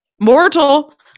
Mortal